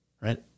right